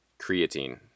Creatine